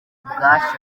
ubwashaje